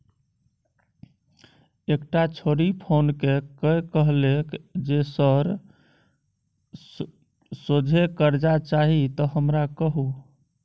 एकटा छौड़ी फोन क कए कहलकै जे सर सोझे करजा चाही त हमरा कहु